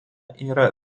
yra